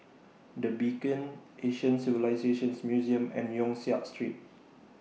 The Beacon Asian Civilisations Museum and Yong Siak Street